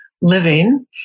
living